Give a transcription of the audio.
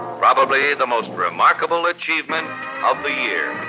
ah probably the most remarkable achievement of the year